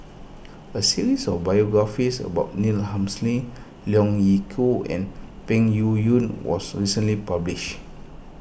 a series of biographies about Neil Humphreys Leong Yee Soo and Peng Yuyun was recently published